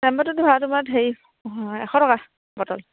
টোত ধৰা তোমাৰ হেৰি এশ টকা বটল